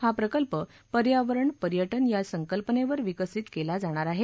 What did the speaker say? हा प्रकल्प पर्यावरण पर्यटन या संकल्पनेवर विकसित केला जाणार आहे